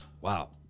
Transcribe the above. Wow